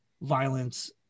violence